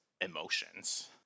emotions